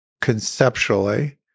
conceptually